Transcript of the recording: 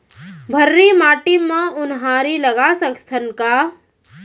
भर्री माटी म उनहारी लगा सकथन का?